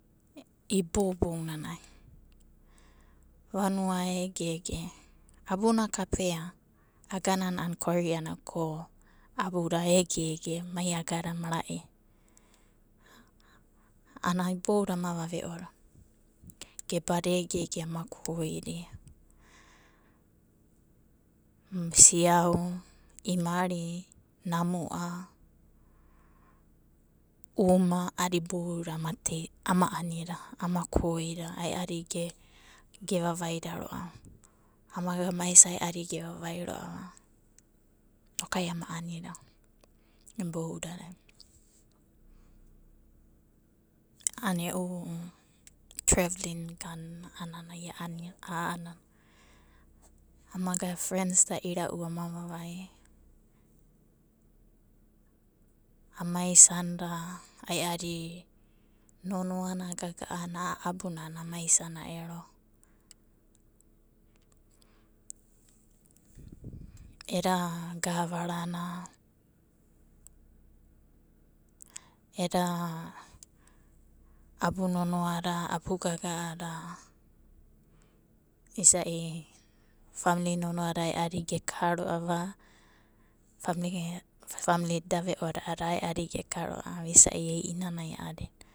Iboubounanai vanua egege, abuna kapea agananai a'ana koriana, ko abuda egege mai agada mara'i ana ibouda ama vave'oda. Gebada egege ama koida siau, imari, namua'a, uma a'ada iboudadai ama tei, ama anida, ama koida ae'adi gevavaida ro'ava. Amaga a. a isa ae'adi gevavida ro'ava inokai ama anida boudadai. A'ana e'u trevlin a'ananai a'ania. Amaga frens da ira'u ama vavai ama isanda ae'adi nonoana, gaga'ana a'a abunai a'ana ama isana ero. Eda gavarana, eda abu nonoa da, abu gaga'ada isa'i famli nonoada ae'adi geka ro'ava, famlida eda ve'ona a'ana ae'adi ei'nanai.